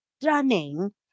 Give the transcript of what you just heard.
stunning